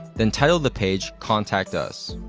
then title the page contact us.